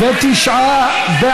התשע"ז 2017,